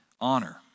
honor